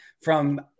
from-